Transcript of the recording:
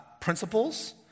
principles